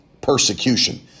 persecution